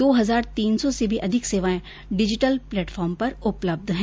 दो हजार तीन सौ से भी अधिक सेवाएं डिजिटल प्लेटफॉर्म पर उपलब्ध हैं